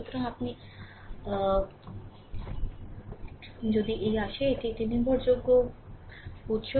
সুতরাং আপনি যদি এই আসে এটি একটি নির্ভরযোগ্য উত্স